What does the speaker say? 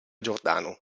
giordano